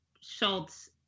Schultz